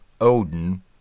Odin